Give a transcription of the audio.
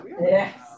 Yes